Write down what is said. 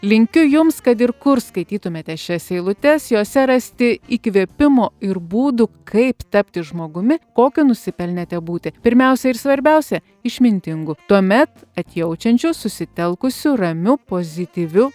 linkiu jums kad ir kur skaitytumėte šias eilutes jose rasti įkvėpimo ir būdų kaip tapti žmogumi kokiu nusipelnėte būti pirmiausia ir svarbiausia išmintingu tuomet atjaučiančiu susitelkusiu ramiu pozityviu